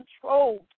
controlled